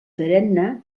perenne